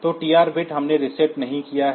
तो TR bit हमने reset नहीं किया है